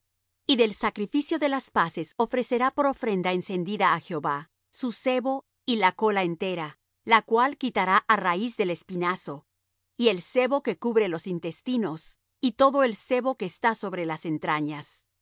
y del sacrificio de las paces ofrecerá por ofrenda encendida á jehová su sebo y la cola entera la cual quitará á raíz del espinazo y el sebo que cubre los intestinos y todo el sebo que está sobre las entrañas